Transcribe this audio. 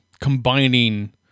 combining